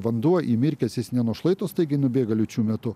vanduo įmirkęs jis ne nuo šlaito staigiai nubėga liūčių metu